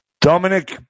Dominic